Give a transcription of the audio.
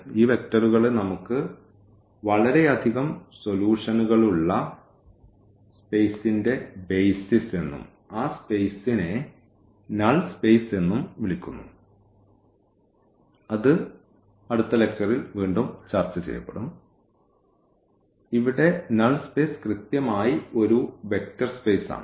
ഈ വെക്റ്ററുകളെ നമുക്ക് വളരെയധികം സൊല്യൂഷനുകളുള്ള സ്പേസിന്റെ ബേസിസ് എന്നും ആ സ്പേസിനെ നൾ സ്പേസ് എന്നും വിളിക്കുന്നു അത് അടുത്ത ലെക്ച്ചറിൽ വീണ്ടും ചർച്ചചെയ്യപ്പെടും അതെ ഇവിടെ നൾ സ്പേസ് കൃത്യമായി ഒരു വെക്റ്റർ സ്പേസ് ആണ്